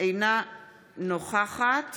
אינה נוכחת